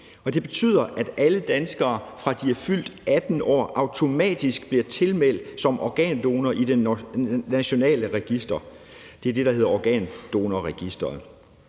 Det betyder, at alle danskere, fra de er fyldt 18 år, automatisk bliver tilmeldt som organdonor i det nationale register – det er det, der hedder Organdonorregisteret.